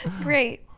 great